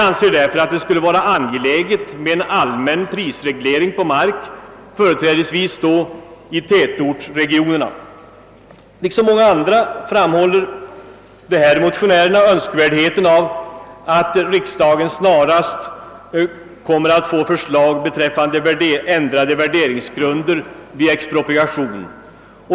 Enligt deras mening är det därför angeläget med en allmän prisreglering på mark, företrädesvis i tätortsregionerna. Liksom många andra framhåller dessa motionärer önskvärdheten av att riksdagen snarast skall få ett förslag beträffande ändrade värderingsgrunder vid expropriation.